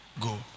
go